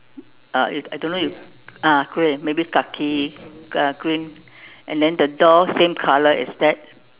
uh you I don't know if ah grey maybe khaki uh green then the door same color as that